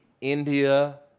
India